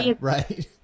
right